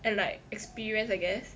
and like experience I guess